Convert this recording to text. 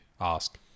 ask